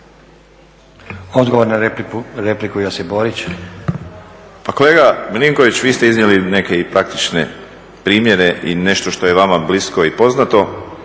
**Borić, Josip (HDZ)** Pa kolega Milinković, vi ste iznijeli neke i praktične primjere i nešto što je vama blisko i poznato.